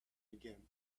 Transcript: again